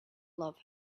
love